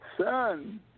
Son